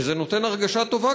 וזה נותן הרגשה טובה,